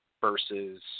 versus